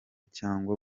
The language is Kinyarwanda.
cyangwa